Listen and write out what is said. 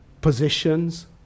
positions